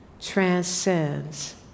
transcends